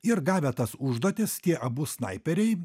ir gavę tas užduotis tie abu snaiperiai